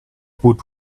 put